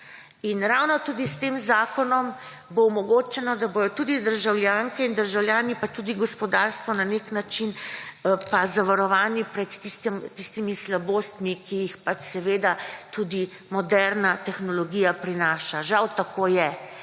In ravno tudi s tem zakonom bo omogočeno, da bodo tudi državljanke in državljani in tudi gospodarstvo na nek način pa zavarovani pred tistimi slabostmi, ki jih pač tudi moderna tehnologija prinaša. Žal tako je.